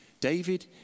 David